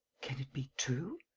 can it be true?